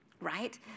right